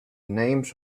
names